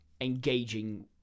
engaging